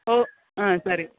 ಹೋ ಹಾಂ ಸರಿ